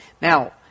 Now